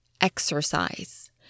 exercise